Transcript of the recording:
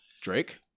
Drake